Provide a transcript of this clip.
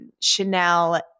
Chanel